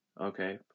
Okay